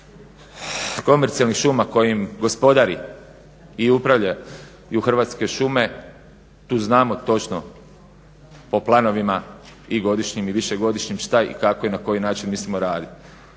komercijalnih šuma kojim gospodare i upravljaju Hrvatske šume tu znamo točno o planovima i godišnjim i višegodišnjim što, kako i na koji način mislimo raditi.